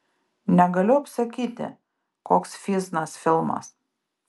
negaliu apsakyti koks fysnas filmas